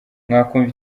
mwakumva